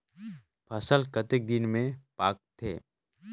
फसल कतेक दिन मे पाकथे?